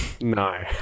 No